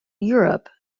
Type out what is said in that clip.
europe